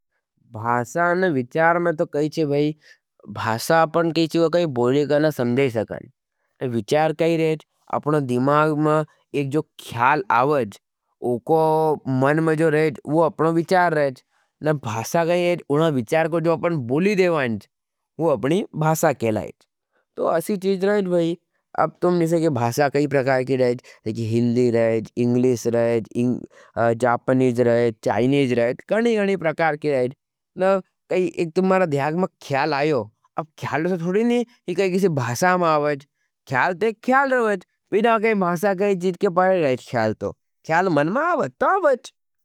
भासा न विचार में तो कही छे भाई भासा अपन के चीज़े को काई बोले का न समझें सकान। तो विचार काई रहे हज अपना दिमाग में एक जो ख्याल आवज उको मन में जो रहे हज। वो अपना विचार रहे हज भासा न विचार को जो आपने बोले के लिए रहे हज। वो अपनी भासा के लिए रहे हज। तो असी चीज़ रहे हज भाई अब तुम भासा काई प्रकार के रहज। हिंदी रहज इंग्लिस रहज जापनीज रहज चाइनीज रहज। गनी गनी प्रकार के रहज।